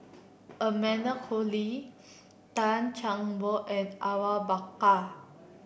Amanda Koe Lee Tan Chan Boon and Awang Bakar